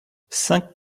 cinq